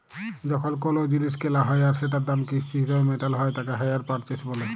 যখন কোলো জিলিস কেলা হ্যয় আর সেটার দাম কিস্তি হিসেবে মেটালো হ্য়য় তাকে হাইয়ার পারচেস বলে